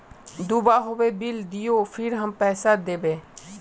दूबा होबे बिल दियो फिर हम पैसा देबे?